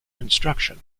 construction